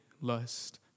lust